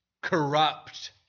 corrupt